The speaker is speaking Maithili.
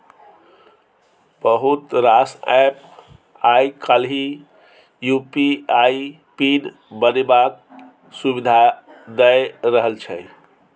बहुत रास एप्प आइ काल्हि यु.पी.आइ पिन बनेबाक सुविधा दए रहल छै